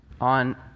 on